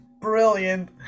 brilliant